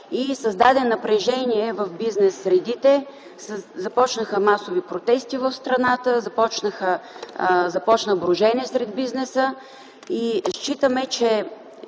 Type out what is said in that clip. и създаде напрежение в бизнес средите, започнаха масови протести в страната, започна брожение сред бизнеса против